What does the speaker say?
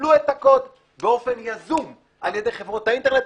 שיקבלו את הקוד באופן יזום על ידי חברות האינטרנט.